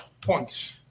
points